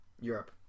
Europe